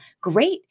great